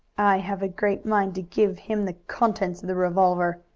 have a great mind to give him the contents of the revolver!